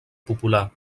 popular